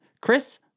chris